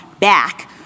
back